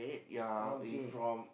okay